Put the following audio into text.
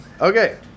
Okay